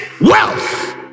wealth